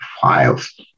files